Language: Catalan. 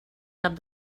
cap